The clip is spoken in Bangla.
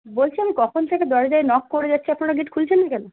বলছি আমি কখন থেকে দরজায় নক করে যাচ্ছি আপনারা গেট খুলছেন না কেন